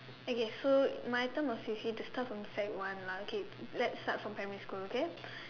okay so my term was usually start from sec one lah okay let's start from primary school okay